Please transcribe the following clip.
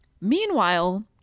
meanwhile